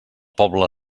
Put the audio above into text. poble